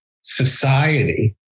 society